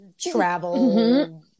travel